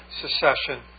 secession